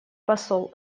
посол